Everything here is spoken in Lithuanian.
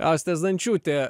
austė zdančiūtė